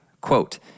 Quote